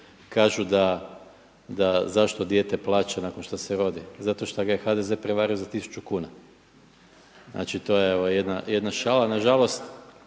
Kažu da zašto dijete plaće nakon što se rodi? Zato šta ga je HDZ prevario za 1000 kuna. Znači to je evo jedna šala, nažalost,